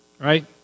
right